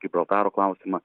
gibraltaro klausimą